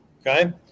okay